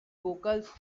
vocals